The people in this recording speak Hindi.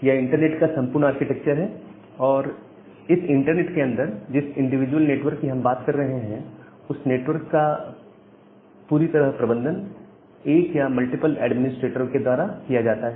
यह इंटरनेट का संपूर्ण आर्किटेक्चर है और इस इंटरनेट के अंदर जिस इंडिविजुअल नेटवर्क की हम बात कर रहे हैं उस नेटवर्क का पूरी तरह प्रबंधन एक या मल्टीपल एडमिनिस्ट्रेटर के द्वारा किया जाता है